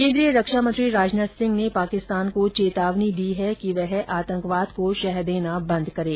केन्द्रीय रक्षामंत्री राजनाथ सिंह ने पाकिस्तान को चेतावनी दी है कि वह आतंकवाद को शह देना बंद करे